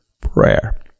prayer